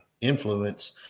influence